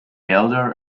elder